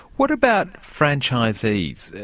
what about franchisees?